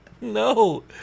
No